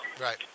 Right